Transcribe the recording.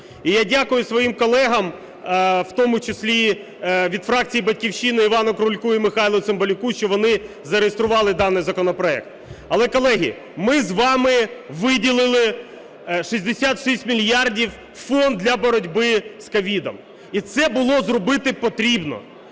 І я дякую своїм колегам, у тому числі від фракції "Батьківщина" Івану Крульку і Михайлу Цимбалюку, що вони зареєстрували даний законопроект. Але, колеги, ми з вами виділили 66 мільярдів в Фонд для боротьби з COVID. І це було зробити потрібно.